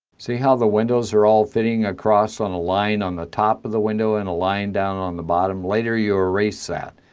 see how the windows are all fitting across on a line on the top of the window and a line down on the bottom. later you erase that.